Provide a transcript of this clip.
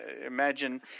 imagine